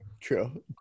True